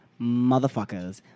motherfuckers